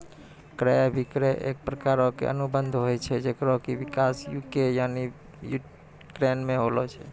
क्रय अभिक्रय एक प्रकारो के अनुबंध होय छै जेकरो कि विकास यू.के यानि ब्रिटेनो मे होलो छै